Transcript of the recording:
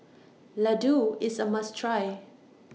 Ladoo IS A must Try